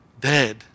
dead